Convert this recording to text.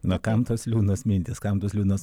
na kam tos liūdnas mintys kam tos liūdnos